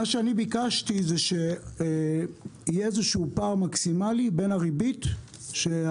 מה שביקשתי הוא שיהיה איזשהו פער מקסימלי בין הריבית שהבנקים